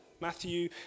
Matthew